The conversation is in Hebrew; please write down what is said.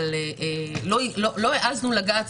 לא העזנו לגעת,